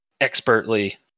expertly